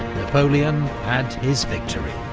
napoleon had his victory.